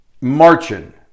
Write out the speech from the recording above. marching